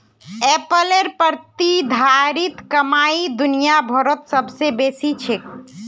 एप्पलेर प्रतिधारित कमाई दुनिया भरत सबस बेसी छेक